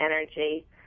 energy